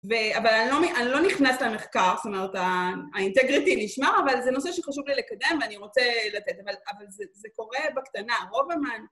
אבל אני לא נכנסת למחקר, זאת אומרת, האינטגריטי נשמר, אבל זה נושא שחשוב לי לקדם ואני רוצה לתת, אבל זה קורה בקטנה. רוב הזמן...